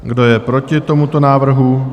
Kdo je proti tomuto návrhu?